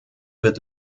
wird